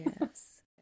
Yes